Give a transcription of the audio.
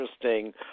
interesting